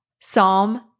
Psalm